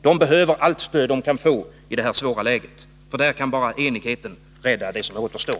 De behöver allt stöd de kan få i det här svåra läget. Bara enigheten kan nu rädda det som återstår.